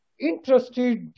interested